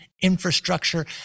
infrastructure